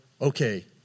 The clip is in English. okay